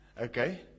Okay